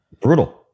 Brutal